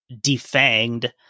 defanged